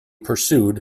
pursued